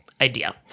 idea